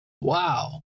Wow